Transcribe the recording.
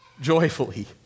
joyfully